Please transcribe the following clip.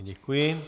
Děkuji.